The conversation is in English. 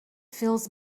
fills